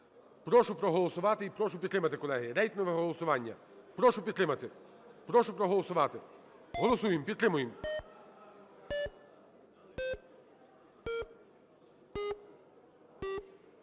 Прошу проголосувати і прошу підтримати, колеги. Рейтингове голосування. Прошу підтримати. Прошу проголосувати. Голосуємо. Підтримуємо.